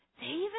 David